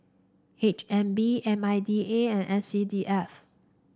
H N B M I D A and S C D F